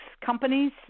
companies